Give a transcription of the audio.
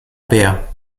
bär